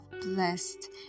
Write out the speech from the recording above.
blessed